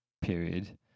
period